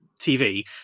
TV